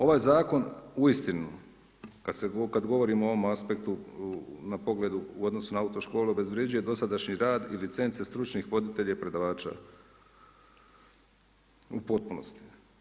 Ovaj zakon uistinu kad govorimo o ovom aspektu na pogledu, u odnosu na autoškole obezvređuje dosadašnji rad i licence stručnih voditelja i predavača u potpunosti.